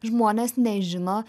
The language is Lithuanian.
žmonės nežino